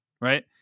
right